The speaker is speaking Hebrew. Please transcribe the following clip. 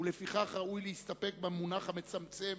ולפיכך ראוי להסתפק במונח המצמצם